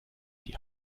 die